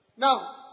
Now